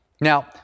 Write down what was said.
now